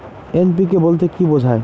NPK বলতে কী বোঝায়?